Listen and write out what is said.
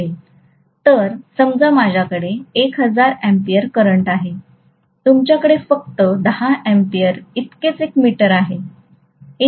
तर समजा माझ्याकडे १००० अॅम्पीयर करंट आहे तुमच्याकडे फक्त १० अँपिअर इतकेच एक मीटर आहे